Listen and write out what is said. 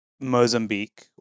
Mozambique